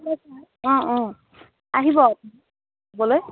অঁ অঁ আহিব চাবলৈ